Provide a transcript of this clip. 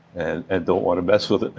and and don't wanna mess with it